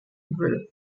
group